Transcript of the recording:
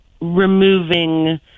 removing